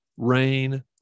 rain